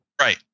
right